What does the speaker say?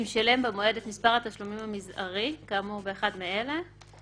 אם שילם במועד את מספר התשלומים המזערי כאמור באחד מאלה,